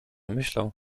myślał